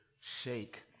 shake